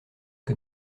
que